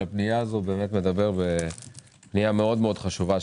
זאת פנייה מאוד מאוד חשובה,